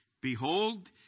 Behold